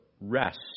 rest